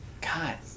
God